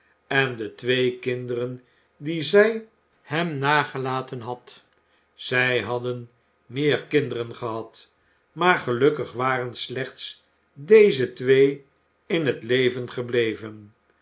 en de twee kinderen die zij hem nagelaten had zij hadden meer kinderen gehad maar gelukkig waren slechts deze twee in het leven gebleven